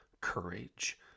courage